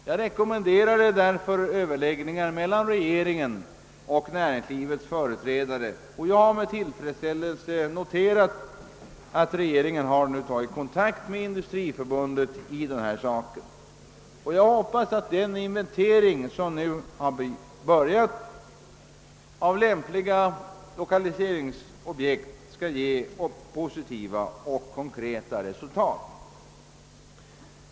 Jag rekommenderade därför överläggningar mellan regeringen och näringlivets företrädare, och jag har med tillfredsställelse noterat att regeringen nu har tagit kontakt md Industriförbundet i denna sak. Jag hoppas att den inventering av lämpliga' lokaliseringsobjekt som nu börjat skall ge konkreta och positiva resultat.